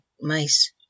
mice